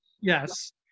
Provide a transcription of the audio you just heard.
yes